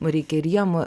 reikia ir jiem